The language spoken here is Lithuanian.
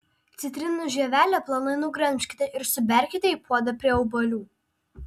citrinų žievelę plonai nugremžkite ir suberkite į puodą prie obuolių